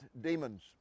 demons